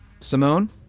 Simone